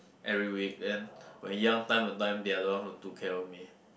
every weekend when young time that time they are the one who took care of me